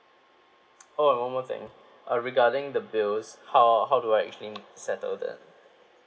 oh and one more thing uh regarding the bills how how do I actually settle that